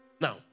Now